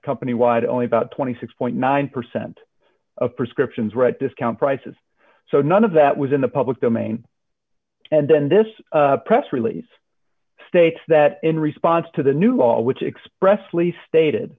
company wide only about twenty six nine percent of prescriptions were at discount prices so none of that was in the public domain and then this press release states that in response to the new law which expressly stated